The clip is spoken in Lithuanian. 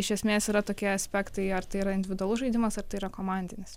iš esmės yra tokie aspektai ar tai yra individualus žaidimas ar tai yra komandinis